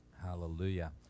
Hallelujah